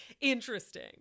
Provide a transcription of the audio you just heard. interesting